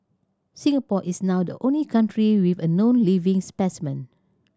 Singapore is now the only country with a known living specimen